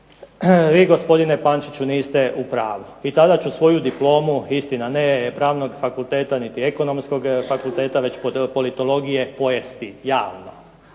vi gospodine Pančiću niste u pravu i tada ću svoju diplomu, istina ne Pravnog fakulteta niti Ekonomskog fakulteta već Politoligije pojesti javno.